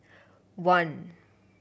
one